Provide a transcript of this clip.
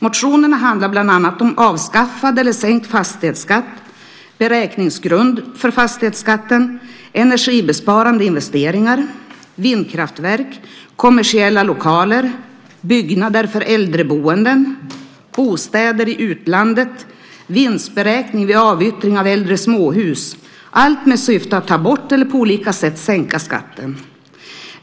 Motionerna handlar bland annat om avskaffad eller sänkt fastighetsskatt, beräkningsgrund för fastighetsskatten, energibesparande investeringar, vindkraftverk, kommersiella lokaler, byggnader för äldreboenden, bostäder i utlandet och vinstberäkning vid avyttring av äldre småhus - allt med syfte att ta bort eller på olika sätt sänka skatten.